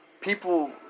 people